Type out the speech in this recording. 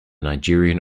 nigerian